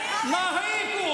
הוא מקלל אותנו.